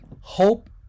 hope